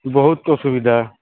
ବହୁତ ଅସୁବିଧା